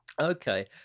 Okay